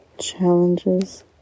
Challenges